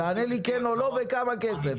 תענה לי כן או לא וכמה כסף.